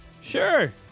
Sure